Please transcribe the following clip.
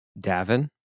Davin